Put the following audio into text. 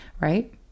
right